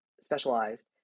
specialized